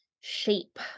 shape